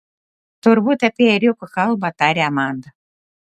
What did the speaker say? turbūt apie ėriuką kalba tarė amanda